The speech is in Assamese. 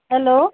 হেল্ল'